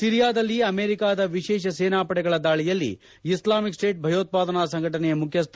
ಸಿರಿಯಾದಲ್ಲಿ ಅಮೆರಿಕದ ವಿಶೇಷ ಸೇನಾಪಡೆಗಳ ದಾಳಿಯಲ್ಲಿ ಇಸ್ಲಾಮಿಕ್ ಸ್ಪೇಟ್ ಭಯೋತ್ಪಾದನಾ ಸಂಘಟನೆಯ ಮುಖ್ಯಸ್ಸ